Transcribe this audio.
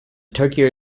tokyo